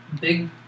big